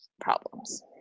problems